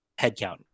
headcount